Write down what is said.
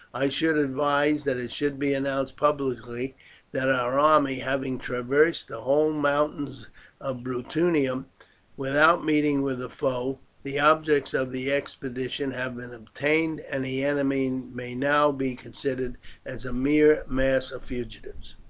i should advise that it should be announced publicly that our army, having traversed the whole mountains of bruttium without meeting with a foe, the objects of the expedition have been attained, and the enemy may now be considered as a mere mass of fugitives,